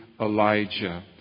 Elijah